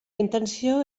intenció